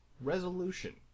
Resolution